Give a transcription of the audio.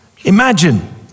Imagine